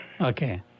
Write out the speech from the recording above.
Okay